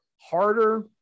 harder